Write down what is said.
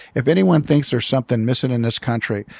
if anyone thinks there's something missing in this country,